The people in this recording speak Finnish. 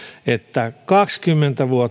että kaksikymmentä vuotta